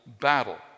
battle